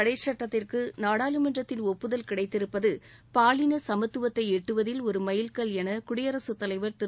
தடைச் சட்டத்திற்குநாடாளுமன்றத்தின் முத்தலாக் ஒப்புதல் கிடைத்திருப்பதுபாலினசமத்துவத்தைஎட்டுவதில் ஒருமைல்கல் எனகுடியரசுத் தலைவர் திரு